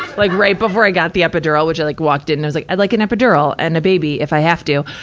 like right before i got the epidural, which i like walked in and i was like, i'd like an epidural, and a baby, if i have to.